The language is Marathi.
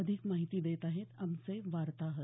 अधिक माहिती देत आहेत आमचे वार्ताहर